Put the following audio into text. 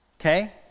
Okay